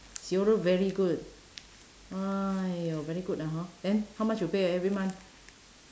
she also very good !aiyo! very good lah hor then how much you pay every month